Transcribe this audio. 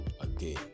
again